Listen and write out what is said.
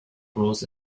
grows